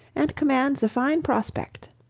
and commands a fine prospect.